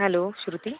hello Shruti